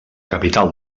capital